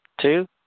Two